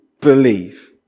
believe